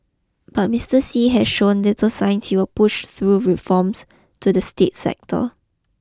but Mister Xi has shown little sign he will push through reforms to the state sector